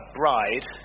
bride